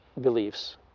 beliefs